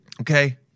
Okay